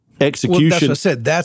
execution